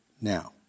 now